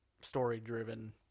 Story-driven